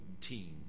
team